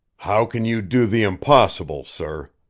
how can you do the impossible, sir?